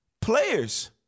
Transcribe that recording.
players